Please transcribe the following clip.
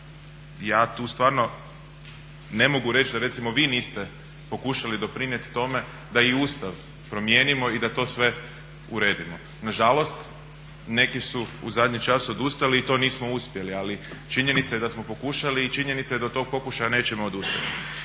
ja tu stvarno ne mogu reći recimo vi niste pokušali doprinijeti toma da i Ustav promijenimo i da to sve uredimo. Nažalost neki su u zadnji čas odustali i to nismo uspjeli, ali činjenica je da smo pokušali i činjenica je da od tog pokušaja nećemo odustati.